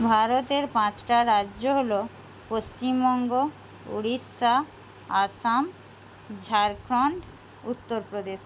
ভারতের পাঁচটা রাজ্য হল পশ্চিমবঙ্গ উড়িষ্যা আসাম ঝাড়খন্ড উত্তরপ্রদেশ